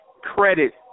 credit